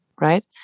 right